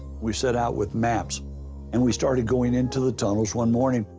we set out with maps and we started going into the tunnels one morning,